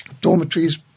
dormitories